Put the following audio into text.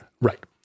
Right